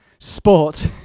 Sport